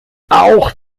auch